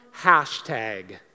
hashtag